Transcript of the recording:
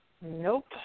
Nope